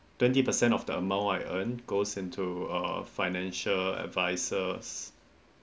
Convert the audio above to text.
twenty percent of the amount I earn goes into uh financial advisers